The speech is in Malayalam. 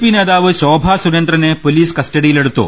പി നേതാവ് ശോഭാ സുരേന്ദ്രനെ പൊലീസ് കസ്റ്റ ഡിയിലെടുത്തു